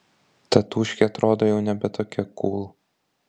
tatūškė atrodo jau nebe tokia kūl